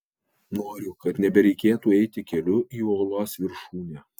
noriu kad nebereikėtų eiti keliu į uolos viršūnę